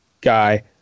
guy